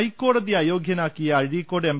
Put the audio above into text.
ഹൈക്കോടതി അയോഗ്യ നാക്കിയ അഴീ ക്കോട് എം